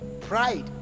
Pride